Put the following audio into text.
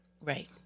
Right